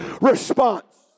response